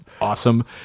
Awesome